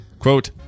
Quote